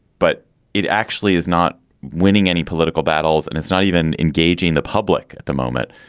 but it actually is not winning any political battles and it's not even engaging the public at the moment.